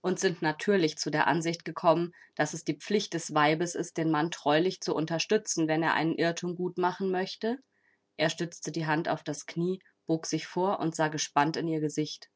und sind natürlich zu der ansicht gekommen daß es die pflicht des weibes ist den mann treulich zu unterstützen wenn er einen irrtum gut machen möchte er stützte die hand auf das knie bog sich vor und sah gespannt in ihr gesicht